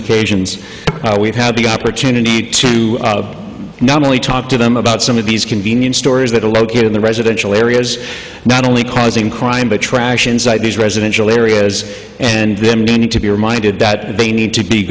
occasions we've had the opportunity to not only talk to them about some of these convenience stores that are located in the residential areas not only causing crime but trash inside these residential areas and them do need to be reminded that they need to be